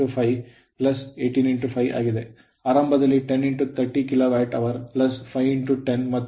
ಆರಂಭದಲ್ಲಿ 1030 kilowatt hour 5 10 ಮತ್ತು 18 5 ಎಂದು ನಾನು ಹೇಳಿದ್ದೆ